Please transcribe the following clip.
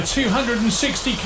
260